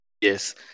Yes